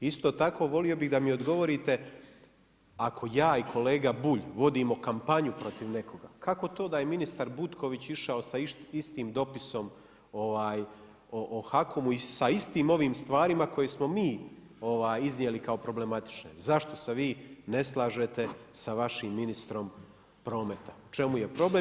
Isto tako, volio bih da mi odgovorite ako ja i kolega Bulj vodimo kampanju protiv nekoga, kako to da je ministar Butković išao sa istim dopisom o HAKOM-u i sa istim ovim stvarima koje smo mi iznijeli kao problematične zašto se vi ne slažete sa vašim ministrom prometa, u čemu se problem.